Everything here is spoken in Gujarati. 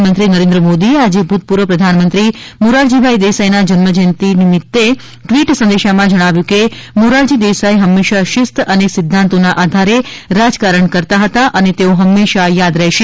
પ્રધાનમંત્રી નરેન્દ્ર મોદીએ આજે ભૂતપૂર્વ પ્રધાનમંત્રી મોરારજી દેસાઇના જન્મજયંતિ નિમિત્ત ટ્વીટ સંદેશામાં જમાવ્યું છે કે મોરારજી દેસાઇ હંમેશા શિસ્ત અને સિદ્ધાંતોના આધારે રાજકારણ કરતા હતા અને તેઓ હંમેશા યાદ રહેશે